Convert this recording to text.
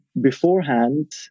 beforehand